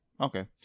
Okay